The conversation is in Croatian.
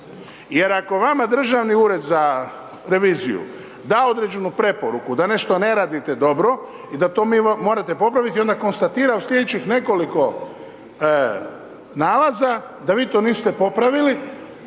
jer ako vama Državni ured za reviziju da određenu preporuku da nešto ne radite dobro i da to morate popraviti, onda konstatira u slijedećih nekoliko nalaza da vi to niste popravili,